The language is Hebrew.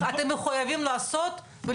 השינוי הראשון, הורדנו את המילים